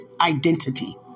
identity